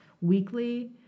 weekly